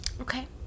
Okay